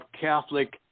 Catholic